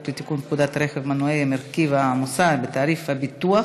לתיקון פקודת רכב מנועי (מרכיב העמסה בתעריף הביטוח)